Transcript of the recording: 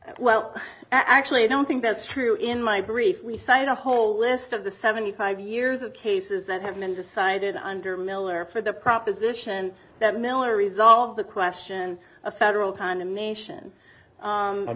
the well actually i don't think that's true in my brief we cite a whole list of the seventy five years of cases that have been decided under miller for the proposition that miller resolve the question of federal condemnation